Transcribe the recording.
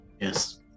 Yes